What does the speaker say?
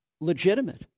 legitimate